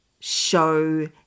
show